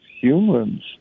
humans